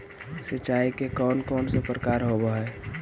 सिंचाई के कौन कौन से प्रकार होब्है?